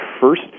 first